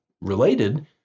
related